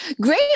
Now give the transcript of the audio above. Great